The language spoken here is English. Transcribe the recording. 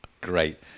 Great